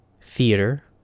Theater